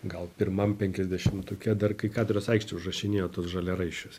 gal pirmam penkiasdešimtuke dar kai katedros aikštėj užrašinėjo tuos žaliaraiščius